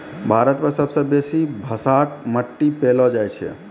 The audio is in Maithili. भारत मे सबसे बेसी भसाठ मट्टी पैलो जाय छै